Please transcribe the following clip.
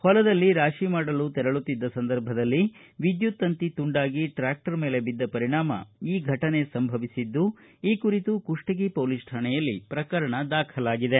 ಹೊಲದಲ್ಲಿ ರಾತಿ ಮಾಡಲು ತೆರಳುತ್ತಿದ್ದ ಸಂದರ್ಭದಲ್ಲಿ ವಿದ್ಯುತ್ ತಂತಿ ತುಂಡಾಗಿ ಟ್ರಾಕ್ಷರ್ ಮೇಲೆ ಬಿದ್ದ ಪರಿಣಾಮ ಈ ಘಟನೆ ಸಂಭವಿಸಿದ್ದು ಈ ಕುರಿತು ಕುಷ್ಟಗಿ ಪೊಲಿಸ್ ಠಾಣೆಯಲ್ಲಿ ಪ್ರಕರಣ ದಾಖಲಾಗಿದೆ